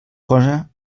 cosa